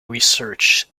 research